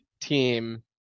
team